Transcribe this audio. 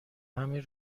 همین